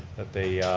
that they